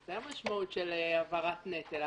זו המשמעות של העברת נטל.